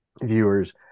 viewers